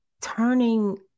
turning